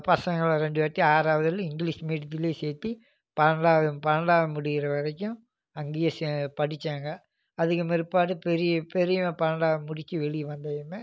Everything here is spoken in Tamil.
பசங்களை ரெண்டு பேர்த்தையும் ஆறாவதுலேயும் இங்கிலீஷ் மீடியத்துலேயும் சேத்து பன்னெண்டாவது பன்னெண்டாவது முடிக்கிற வரைக்கும் அங்கேயே படித்தாங்க அதுக்கும் பிற்பாடு பெரிய பெரியவன் பன்னெண்டாவது முடித்து வெளியே வந்ததும்